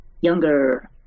younger